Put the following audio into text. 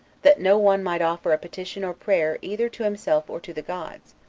that no one might offer a petition or prayer either to himself or to the gods,